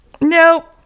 Nope